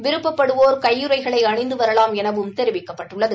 விருப்பப்படுவோர் கையுறைகளை அணிந்து வரலாம் எனவும் தெரிவிக்கப்பட்டுள்ளது